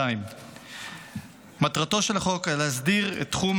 2022. מטרתו של החוק היה להסדיר את תחום